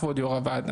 כבוד יו"ר הוועדה,